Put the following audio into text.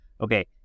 okay